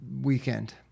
weekend